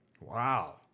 Wow